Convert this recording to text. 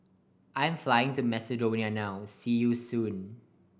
I'm flying to Macedonia now see you soon